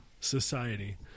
society